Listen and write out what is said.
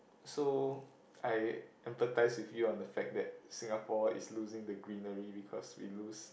so I empathise with you on the fact that Singapore is losing the greenery because we lose